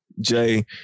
Jay